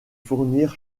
fournir